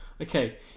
Okay